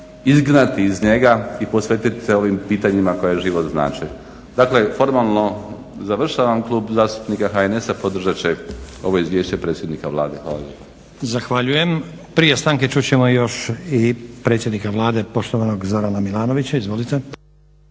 izgnati iz njega i posvetiti se ovim pitanjima koja život znače. Dakle formalno završavam, Klub zastupnika HNS-a podržat će ovo izvješće predsjednika Vlade. Hvala lijepa. **Stazić, Nenad (SDP)** Zahvaljujem. Prije stanke čut ćemo još i predsjednika Vlade poštovanog Zorana Milanovića. Izvolite.